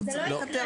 זה לא יקרה.